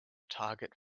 target